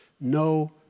No